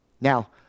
Now